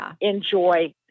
enjoy